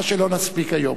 מה שלא נספיק היום.